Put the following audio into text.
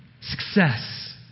success